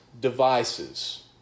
devices